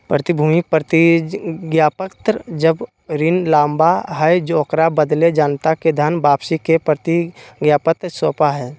प्रतिभूति प्रतिज्ञापत्र जब ऋण लाबा हइ, ओकरा बदले जनता के धन वापसी के प्रतिज्ञापत्र सौपा हइ